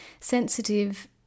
sensitive